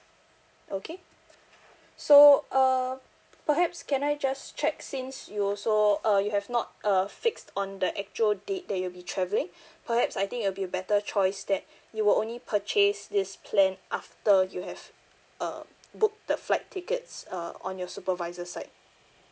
okay so uh perhaps can I just check since you also uh you have not uh fixed on the actual date that you'll be travelling perhaps I think it'll be better choice that you will only purchase this plan after you have uh book the flight tickets uh on your supervisor side